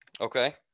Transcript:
Okay